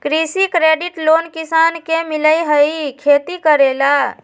कृषि credit loan किसान के मिलहई खेती करेला?